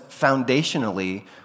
foundationally